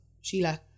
Sheila